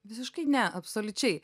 visiškai ne absoliučiai